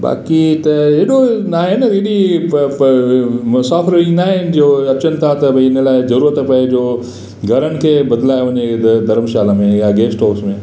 बाक़ी त एॾो न आहे बि एॾी प प मुसाफ़िर ईंदा आहिनि इहो अचनि था त भई इन लाइ जरूअत पए जो घरनि खे बदलायो वञे धरमशाला में या गेस्ट हाउस में